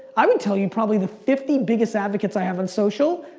i would tell you, probably the fifty biggest advocates i have on social?